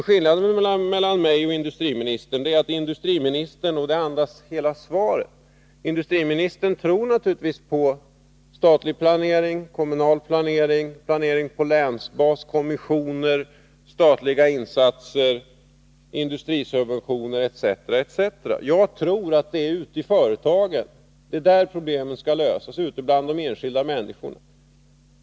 Skillnaden mellan mig och industriministern är att industriministern — det andas hela svaret — naturligtvis tror på statlig planering, kommunal planering, planering på länsbas, kommissioner, statliga insatser, industrisubventioner etc. Jag tror att det är ute i företagen och bland de enskilda människorna som problemen skall lösas.